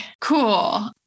cool